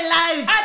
lives